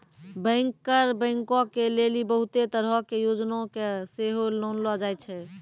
banker बैंको के लेली बहुते तरहो के योजना के सेहो लानलो जाय छै